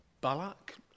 Balak